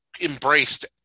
Embraced